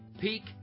Peak